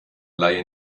laie